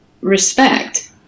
respect